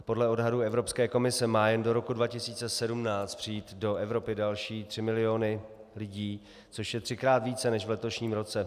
Podle odhadů Evropské komise mají jen do roku 2017 přijít do Evropy další tři miliony lidí, což je třikrát více než v letošním roce.